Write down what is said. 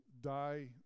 die